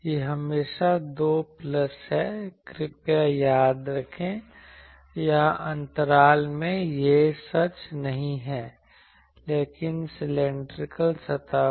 यह हमेशा 2 प्लस है कृपया याद रखें यहां अंतराल में यह सच नहीं है लेकिन सिलैंडरिकल सतह पर